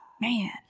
man